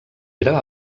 era